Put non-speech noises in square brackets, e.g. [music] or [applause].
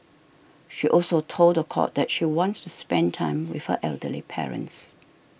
she also told the court that she wants to [noise] spend time with her elderly parents